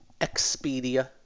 Expedia